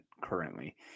currently